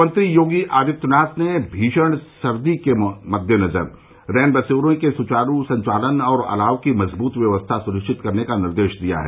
मुख्यमंत्री योगी आदित्यनाथ ने भीषण सर्दी के मद्देनज़र रैनबसेरों के सुचारू संचालन और अलाव की मज़बूत व्यवस्था सुनिश्चित करने का निर्देश दिया है